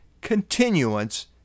continuance